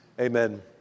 amen